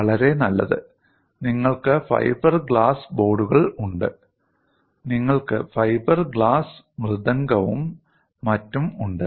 വളരെ നല്ലത് നിങ്ങൾക്ക് ഫൈബർ ഗ്ലാസ് ബോർഡുകൾ ഉണ്ട് നിങ്ങൾക്ക് ഫൈബർ ഗ്ലാസ് മൃതംഗവും മറ്റും ഉണ്ട്